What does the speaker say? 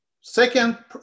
second